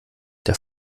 der